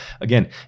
again